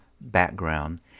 background